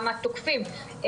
גם התוקפים,